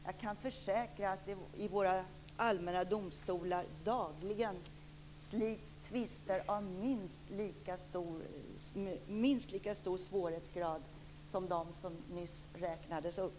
Jag kan försäkra att det i våra allmänna domstolar dagligen slits tvister av minst lika hög svårighetsgrad som de som nyss räknades upp.